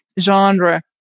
genre